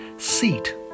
Seat